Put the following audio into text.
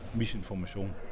misinformation